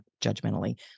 judgmentally